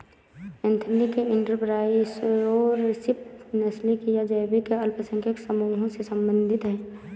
ethnic entrepreneurship नस्लीय या जातीय अल्पसंख्यक समूहों से संबंधित हैं